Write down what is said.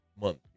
month